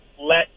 let